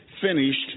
finished